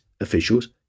officials